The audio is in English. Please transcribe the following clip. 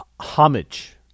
homage